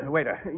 Waiter